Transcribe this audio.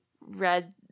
read